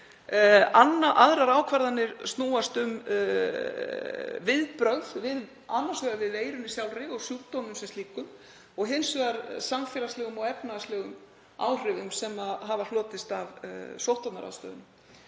Aðrar ákvarðanir snúast um viðbrögð við annars vegar veirunni sjálfri og sjúkdómnum sem slíkum og hins vegar samfélagslegum og efnahagslegum áhrifum sem hafa hlotist af sóttvarnaráðstöfunum.